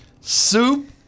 Soup